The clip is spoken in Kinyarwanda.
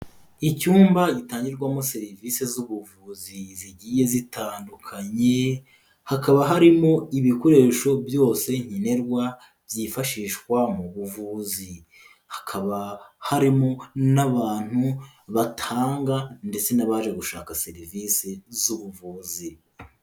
Icyumba gitangirwamo serivisi z'ubuvuzi zigiye zitandukanye, hakaba harimo ibikoresho byose nkenerwa byifashishwa mu buvuzi, hakaba harimo n'abantu batanga ndetse n'abaje gushaka serivisi z'ubuvuzi.